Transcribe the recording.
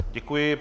Děkuji.